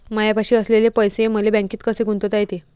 मायापाशी असलेले पैसे मले बँकेत कसे गुंतोता येते?